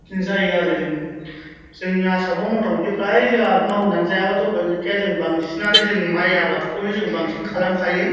बिदिनो जायो आरो जोंनि आसामाव मथा मथि फ्राय जोंहा मावनानै जायाबाथ' उफाय गैखाया जों बांसिनानो जों माइ आबादखौनो जों बांसिन खालामखायो